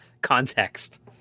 context